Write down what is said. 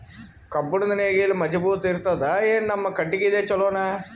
ಕಬ್ಬುಣದ್ ನೇಗಿಲ್ ಮಜಬೂತ ಇರತದಾ, ಏನ ನಮ್ಮ ಕಟಗಿದೇ ಚಲೋನಾ?